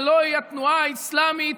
הלוא היא התנועה האסלאמית